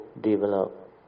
develop